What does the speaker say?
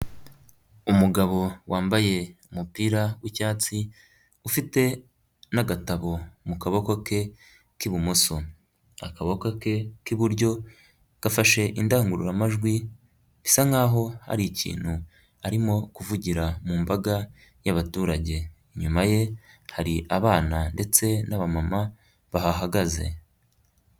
Umugabo wambaye umupira w'icyatsi ufite n'agatabo mu kaboko ke k'ibumoso. Akaboko ke k'iburyo gafashe indangururamajwi, bisa nkaho hari ikintu arimo kuvugira mu mbaga y'abaturage. Inyuma ye hari abana ndetse n'abamama bahahagaze.